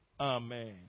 Amen